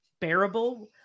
bearable